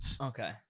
Okay